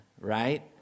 right